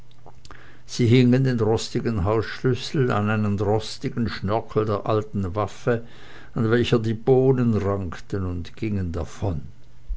sie hingen den rostigen hausschlüssel an einen rostigen schnörkel der alten waffe an welcher die bohnen rankten und gingen davon